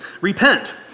Repent